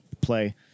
play